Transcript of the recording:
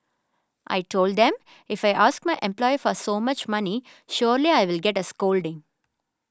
I told them if I ask my employer for so much money surely I will get a scolding